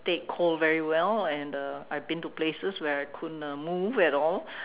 take cold very well and uh I've been to places where I couldn't uh move at all